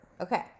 Okay